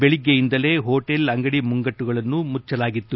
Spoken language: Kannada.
ಬೆಳಗ್ಗೆಯಿಂದಲೇ ಹೋಟೇಲ್ ಅಂಗಡಿ ಮುಂಗಬ್ಬಗಳನ್ನು ಮುಚ್ಚಲಾಗಿತ್ತು